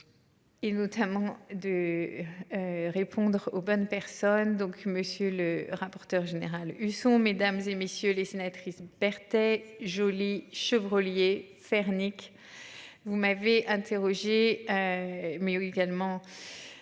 Et notamment de. Répondre aux bonnes personnes donc monsieur le rapporteur général Husson mesdames et messieurs les sénatrices Berthet joli Chevrollier faire Nick. Vous m'avez interrogé. Mais oui, également.